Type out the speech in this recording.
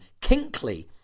Kinkley